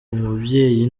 umubyeyi